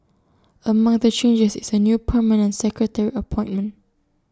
among the changes is A new permanent secretary appointment